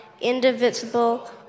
indivisible